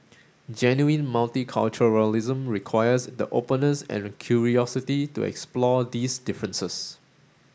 genuine multiculturalism requires the openness and curiosity to explore these differences